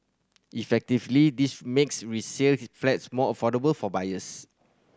effectively this makes resale his flats more affordable for buyers